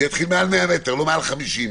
שזה יתחיל מעל 100 מ"ר ולא מעל 50,